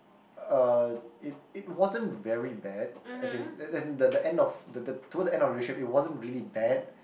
uh it it wasn't very bad as in as in the end of the the towards the end of the relationship it wasn't really bad